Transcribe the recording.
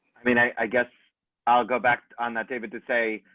i mean, i guess i'll go back on that david to say,